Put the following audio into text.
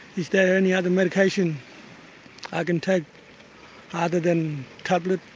is there any other medication i can take other than tablets